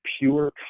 pure